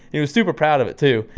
he was super proud of it, too.